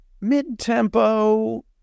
mid-tempo